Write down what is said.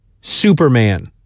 Superman